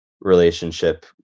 relationship